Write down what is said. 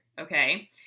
Okay